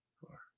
four